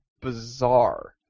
bizarre